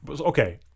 okay